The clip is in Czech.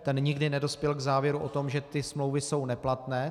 Ten nikdy nedospěl k závěru o tom, že smlouvy jsou neplatné.